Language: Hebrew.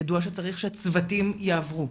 ידוע שצריך שהצוותים יעברו.